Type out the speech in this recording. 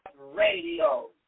Radio